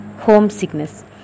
Homesickness